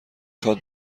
خواد